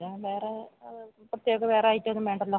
അല്ലാതെ വേറെ പ്രത്യേക വേറെ ഐറ്റം ഒന്നും വേണ്ടല്ലോ